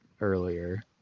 earlier